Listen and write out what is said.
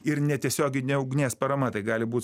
ir netiesioginė ugnies parama tai gali būt